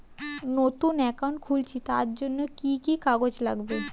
নতুন অ্যাকাউন্ট খুলছি তার জন্য কি কি কাগজ লাগবে?